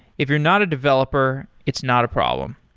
if you're not a developer, it's not a problem.